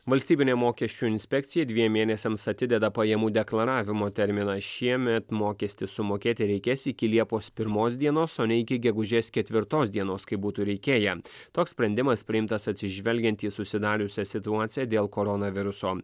valstybinė mokesčių inspekcija dviem mėnesiams atideda pajamų deklaravimo terminą šiemet mokestį sumokėti reikės iki liepos pirmos dienos o ne iki gegužės ketvirtos dienos kaip būtų reikėję toks sprendimas priimtas atsižvelgiant į susidariusią situaciją dėl koronaviruso